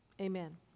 Amen